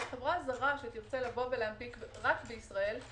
חברה זרה שתרצה לבוא להנפיק רק בישראל,